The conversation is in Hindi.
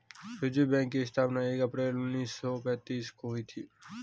रिज़र्व बैक की स्थापना एक अप्रैल उन्नीस सौ पेंतीस को हुई थी